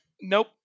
Nope